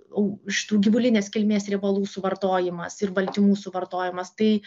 au šitų gyvulinės kilmės riebalų suvartojimas ir baltymų suvartojimas tai